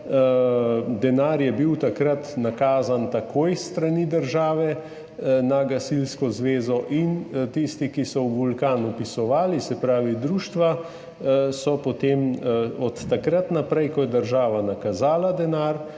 Denar je bil takrat takoj nakazan s strani države na Gasilsko zvezo in tisti, ki so vpisovali v Vulkan, se pravi društva, so potem od takrat naprej, ko je država nakazala denar,